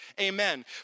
Amen